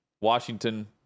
Washington